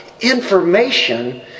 information